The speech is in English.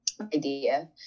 idea